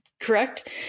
correct